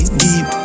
deep